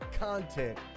content